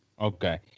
Okay